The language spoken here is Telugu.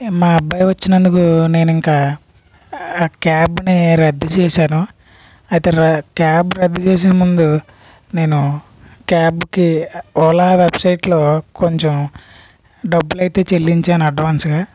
మా అబ్బాయి వచ్చినందుకు నేను ఇంక ఆ క్యాబ్ని రద్దు చేసాను అయితే క్యాబ్ రద్దు చేసేముందు నేను క్యాబ్కి ఓలా వెబ్సైట్లో కొంచెం డబ్బులైతే చెల్లించాను అడ్వాన్సుగా